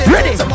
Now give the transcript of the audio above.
Ready